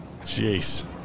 Jeez